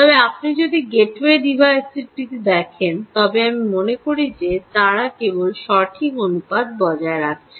তবে আপনি যদি গেটওয়ে ডিভাইসটি দেখেন তবে আমি মনে করি যে তারা কেবল সঠিক অনুপাত বজায় রাখছে